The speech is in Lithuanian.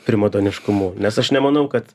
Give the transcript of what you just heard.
primadoniškumu nes aš nemanau kad